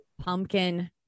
pumpkin